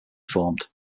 formed